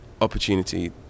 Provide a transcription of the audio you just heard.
opportunity